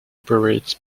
operates